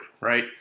right